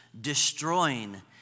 destroying